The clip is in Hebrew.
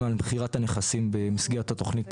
מתקיים לגבי המקרקעין אחד מהתנאים המפורטים